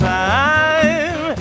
time